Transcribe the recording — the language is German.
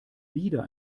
wieder